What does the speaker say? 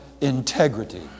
integrity